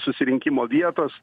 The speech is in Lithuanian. susirinkimo vietos